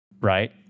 right